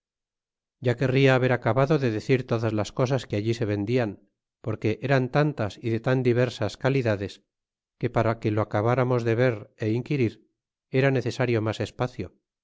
ya querria haber acabado de decir todas las cosas que allí se vendian porque eran tantas y de tan diversas calidades que para que lo acabramos de ver é inquirir era necesario mas espacio